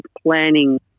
planning